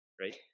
Right